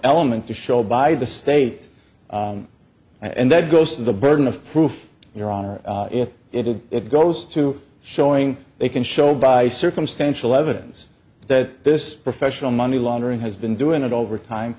element to show by the state and that goes to the burden of proof your honor if it is it goes to showing they can show by circumstantial evidence that this professional money laundering has been doing it over time